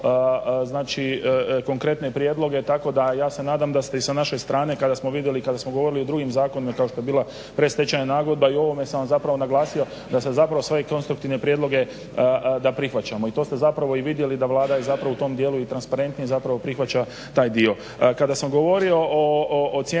konkretne prijedloge tako da ja se nadam da ste i sa naše strane kada smo vidjeli, kada smo govorili o drugim zakonima kao što je bila predstečajna nagodba i u ovome sam zapravo naglasio da se zapravo … konstruktivne prijedloge da prihvaćamo i to ste zapravo i vidjeli da Vlada u tom dijelu transparentnije prihvaća taj dio. Kada sam govorio o cijenama